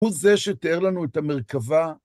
הוא זה שתיאר לנו את המרכבה.